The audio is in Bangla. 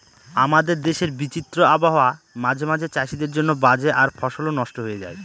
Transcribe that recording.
আমাদের দেশের বিচিত্র আবহাওয়া মাঝে মাঝে চাষীদের জন্য বাজে আর ফসলও নস্ট হয়ে যায়